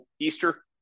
easter